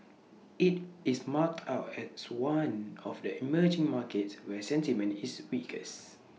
IT is marked out as one of the emerging markets where sentiment is weakest